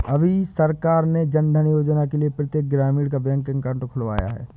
अभी सरकार ने जनधन योजना के लिए प्रत्येक ग्रामीणों का बैंक अकाउंट खुलवाया है